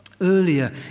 Earlier